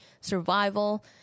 survival